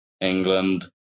England